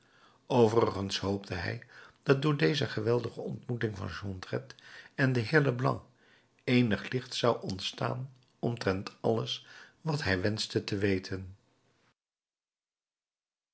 overigens hoopte hij dat door deze geweldige ontmoeting van jondrette en den heer leblanc eenig licht zou ontstaan omtrent alles wat hij wenschte te weten